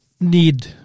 need